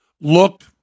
look